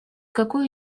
какое